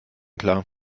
klar